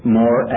more